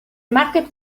market